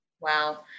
Wow